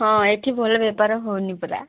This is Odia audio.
ହଁ ଏଠି ଭଲ ବେପାର ହେଉନି ପରା